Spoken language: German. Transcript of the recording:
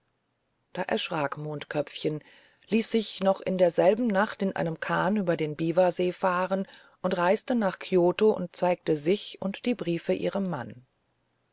da erschrak mondköpfchen ließ sich noch in derselben nacht in einem kahn über den biwasee fahren und reiste nach kioto und zeigte sich und die briefe ihrem mann